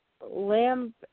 Lamb